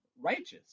righteous